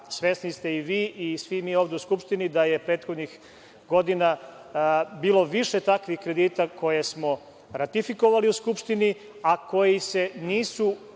Svesni ste, i vi i svi mi ovde u Skupštini, da je prethodnih godina bilo više takvih kredita koje smo ratifikovali u Skupštini, a koji se nisu